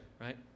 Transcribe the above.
Right